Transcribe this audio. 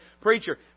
preacher